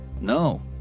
No